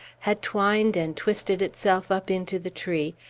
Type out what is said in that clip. had twined and twisted itself up into the tree,